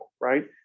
right